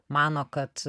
mano kad